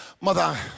mother